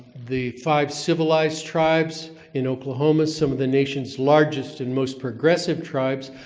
the five civilized tribes in oklahoma, some of the nation's largest and most progressive tribes,